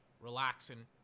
relaxing